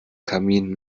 kamin